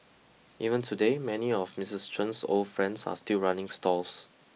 even today many of Mistress Chen old friends are still running stalls